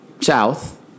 South